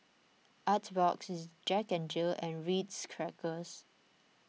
Artbox Jack Jill and Ritz Crackers